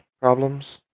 problems